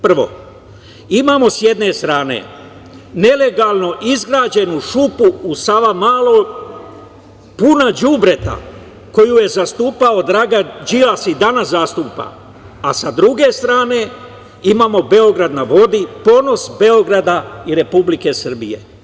Prvo, imamo sa jedne strane nelegalno izgrađenu šupu u Savamali punu đubreta, koju je zastupao Dragan Đilas i danas zastupa, a sa druge strane imamo Beograd na vodi, ponos Beograda i Republike Srbije.